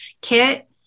kit